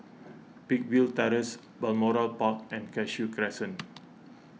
Peakville Terrace Balmoral Park and Cashew Crescent